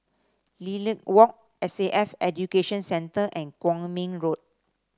Lilac Walk S A F Education Centre and Kwong Min Road